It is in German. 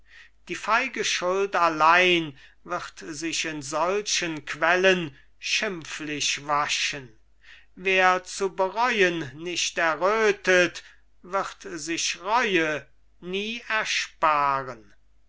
die feige schuld allein wird sich in solchen quellen schimpflich waschen wer zu bereuen nicht errötet wird sich reue nie ersparen